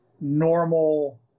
normal